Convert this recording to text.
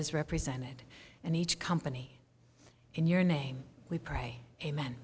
is represented and each company in your name we pray amen